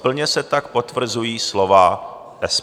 Plně se tak potvrzují slova SPD.